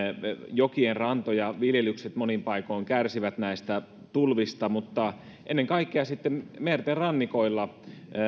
jokien rantoja viljelykset monin paikoin kärsivät näistä tulvista mutta ennen kaikkea merten rannikoilla